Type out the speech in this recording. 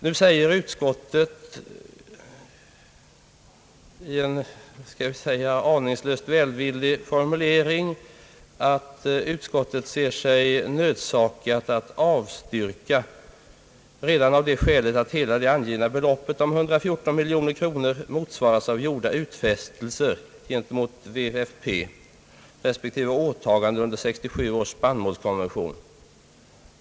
Nu säger utskottet i en — skall vi säga aningslöst välvillig — formulering, att utskottet ser sig nödsakat att avstyrka detta redan av det skälet att hela det angivna beloppet om 114 miljoner kronor motsvaras av gjorda utfästelser till WFP respektive åtaganden under 1967 års spannmålskonvention.